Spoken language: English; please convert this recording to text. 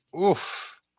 Oof